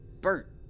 Bert